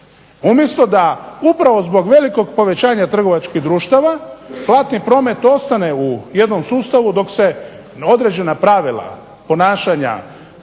Umjesto da upravo zbog velikog povećanja trgovačkih društava platni promet ostane u jednom sustavu dok se određena pravila ponašanja